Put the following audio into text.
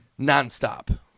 nonstop